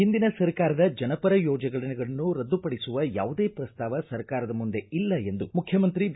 ಒಂದಿನ ಸರ್ಕಾರದ ಜನಪರ ಯೋಜನೆಗಳನ್ನು ರದ್ದು ಪಡಿಸುವ ಯಾವುದೇ ಪ್ರಸ್ತಾವ ಸರ್ಕಾರದ ಮುಂದೆ ಇಲ್ಲ ಎಂದು ಮುಖ್ಯಮಂತ್ರಿ ಬಿ